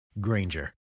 Granger